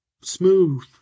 smooth